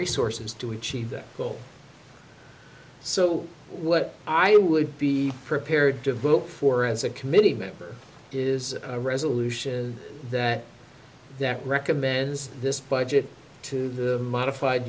resources to achieve that goal so what i would be prepared to vote for as a committee member is a resolution that that recommends this budget to the modified